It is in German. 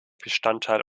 bestandteil